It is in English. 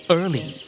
early